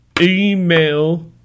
Email